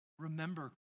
Remember